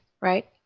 right